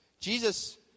Jesus